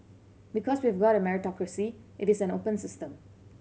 because we've got a meritocracy it is an open system